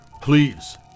Please